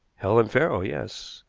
helen farrow yes.